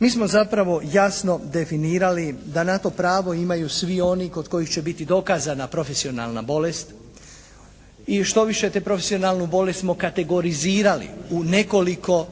mi smo zapravo jasno definirali da na to pravo imaju svi oni kod kojih će biti dokazana profesionalna bolest i štoviše tu profesionalnu bolest smo kategorizirali u nekoliko